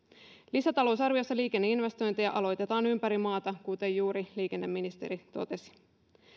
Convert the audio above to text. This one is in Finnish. lisätalousarviossa liikenneinvestointeja aloitetaan ympäri maata kuten juuri liikenneministeri totesi